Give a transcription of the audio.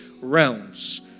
realms